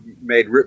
made